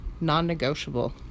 Non-negotiable